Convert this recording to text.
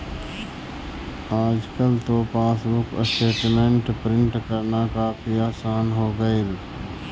आजकल तो passbook statement print करना काफी आसान हो गईल